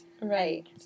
right